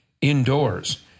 indoors